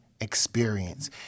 experience